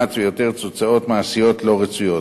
המאומץ ויוצר תוצאות מעשיות לא רצויות.